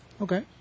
Okay